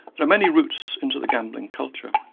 there are many routes into the gambling culture.